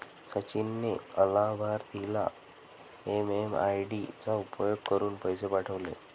सचिन ने अलाभार्थीला एम.एम.आय.डी चा उपयोग करुन पैसे पाठवले